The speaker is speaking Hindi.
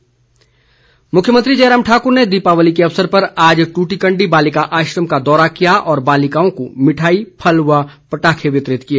म्ख्यमंत्री मुख्यमंत्री जयराम ठाकुर ने दीपावली के अवसर पर आज टूटीकंडी बालिका आश्रम का दौरा किया और बालिकाओं को मिठाई फल व पटाखे वितरित किए